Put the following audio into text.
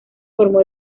formó